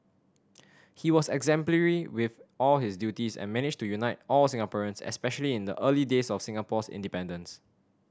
he was exemplary with all his duties and managed to unite all Singaporeans especially in the early days of Singapore's independence